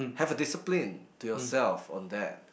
have a discipline to yourself on that